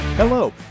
Hello